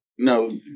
No